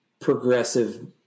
progressive